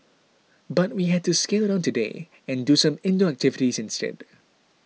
but we had to scale down today and do some indoor activities instead